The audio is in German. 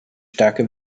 starke